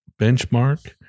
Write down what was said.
benchmark